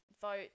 vote